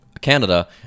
Canada